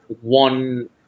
one